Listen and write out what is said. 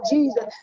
Jesus